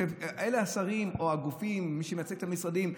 כשאלה השרים או הגופים או מי שמייצג את המשרדים,